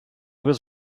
was